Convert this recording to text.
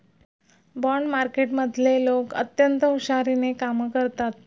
bond मार्केटमधले लोक अत्यंत हुशारीने कामं करतात